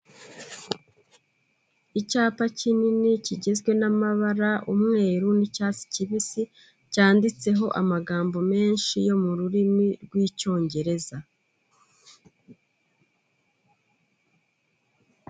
Icyapa kinini kigizwe n'amabara umweru n'icyatsi kibisi cyanditseho amagambo menshi yo mu rurimi rw'icyongereza.